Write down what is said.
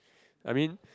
I mean